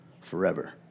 forever